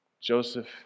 Joseph